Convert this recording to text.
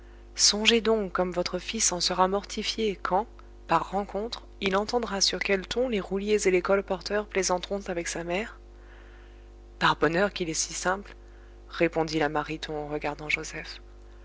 songez donc comme votre fils en sera mortifié quand par rencontre il entendra sur quel ton les rouliers et les colporteurs plaisanteront avec sa mère par bonheur qu'il est si simple répondit la mariton en regardant joseph